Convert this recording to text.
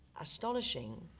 astonishing